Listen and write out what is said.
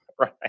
Right